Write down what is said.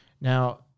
Now